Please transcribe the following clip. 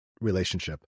relationship